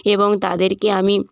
এবং তাদেরকে আমি